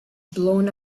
blown